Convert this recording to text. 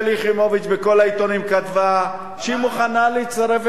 שלי יחימוביץ כתבה בכל העיתונים שהיא מוכנה להצטרף,